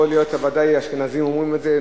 ודאי האשכנזים אומרים את זה,